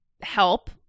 help